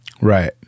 right